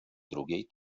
drugiej